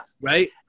right